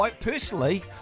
Personally